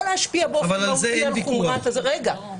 או להשפיע באופן מהותי על חומרת העונש -- על זה אין ויכוח.